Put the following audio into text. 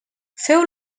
feu